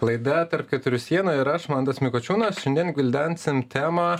laida tarp keturių sienų ir aš mantas mikučiūnas šiandien gvildensim temą